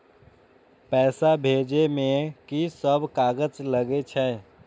पैसा भेजे में की सब कागज लगे छै?